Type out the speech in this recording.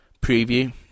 preview